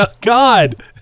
God